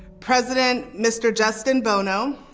president, mr. justin bono.